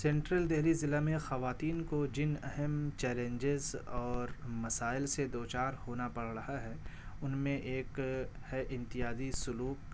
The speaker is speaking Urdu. سینٹرل دہلی ضلع میں خواتین کو جن اہم چیلنجز اور مسائل سے دوچار ہونا پڑ رہا ہے ان میں ایک ہے امتیازی سلوک